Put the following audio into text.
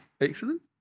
Excellent